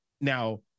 Now